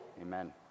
Amen